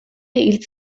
hil